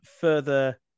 further